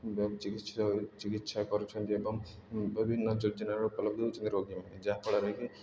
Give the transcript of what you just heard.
ଚିକିତ୍ସା ଚିକିତ୍ସା କରୁଛନ୍ତି ଏବଂ ବିଭିନ୍ନ ଯୋଜନାରେ ଉପଲବ୍ଧ ହେଉଛନ୍ତି ରୋଗୀମାନେ ଯାହାଫଳରେ କି